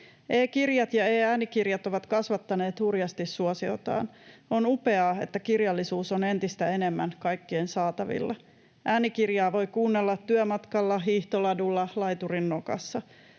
E-kirjat ja e-äänikirjat ovat kasvattaneet hurjasti suosiotaan. On upeaa, että kirjallisuus on entistä enemmän kaikkien saatavilla. Äänikirjaa voi kuunnella työmatkalla, hiihtoladulla, laiturin nokassa,